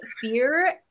Fear